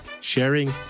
sharing